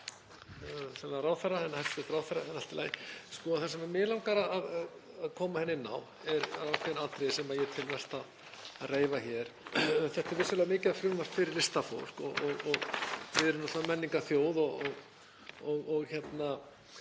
Þetta er vissulega mikilvægt frumvarp fyrir listafólk. Við erum menningarþjóð og eigum